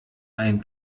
ein